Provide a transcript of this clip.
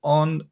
on